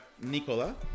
Nicola